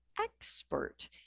expert